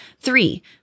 Three